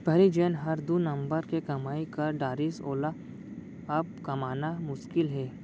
पहिली जेन हर दू नंबर के कमाई कर डारिस वोला अब कमाना मुसकिल हे